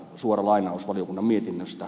suora lainaus valiokunnan mietinnöstä